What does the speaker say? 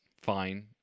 fine